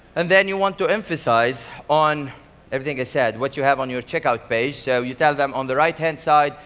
and then you want to emphasise on everything i said, what you have on your checkout page. so you tell them on the right-hand side,